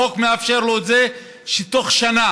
החוק מאפשר לו את זה, ותוך שנה